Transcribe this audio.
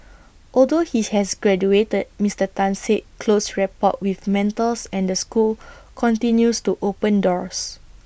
although he has graduated Mister Tan said close rapport with mentors and the school continues to open doors